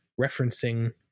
referencing